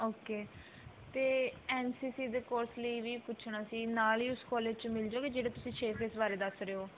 okay ਅਤੇ N C C ਦੇ course ਲਈ ਵੀ ਪੁੱਛਣਾ ਸੀ ਨਾਲ ਹੀ ਉਸ ਕੋਲਿਜ 'ਚ ਮਿਲ ਜੂਗੀ ਜਿਹੜੇ ਤੁਸੀਂ ਛੇ ਫੇਸ ਬਾਰੇ ਦੱਸ ਰਹੇ ਹੋ